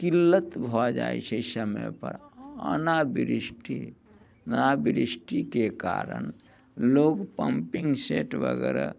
किल्लत भऽ जाइत छै समय पर हँ ओना बृष्टि नऽ बृष्टिके कारण लोग पम्पिङ्ग सेट वगैर